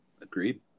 Agreed